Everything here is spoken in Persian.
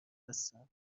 هستم